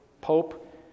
Pope